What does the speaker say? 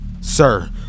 sir